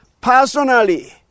personally